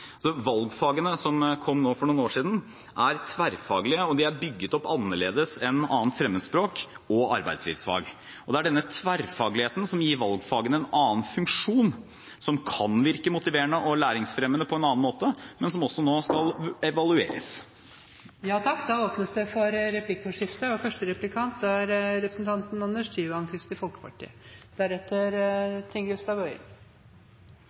Valgfagene som kom for noen år siden, de er tverrfaglige, og de er bygget opp annerledes enn 2. fremmedspråk og arbeidslivsfag. Det er denne tverrfagligheten som gir valgfagene en annen funksjon som kan virke motiverende og læringsfremmende på en annen måte, men som også nå skal evalueres. Det blir replikkordskifte. Vi er alle enige om at det er viktig at alle elever får grunnleggende kunnskaper og